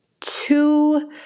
Two